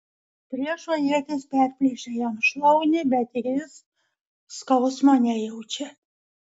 priešo ietis perplėšia jam šlaunį bet jis skausmo nejaučia